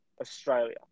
Australia